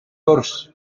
gwrs